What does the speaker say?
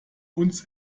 uns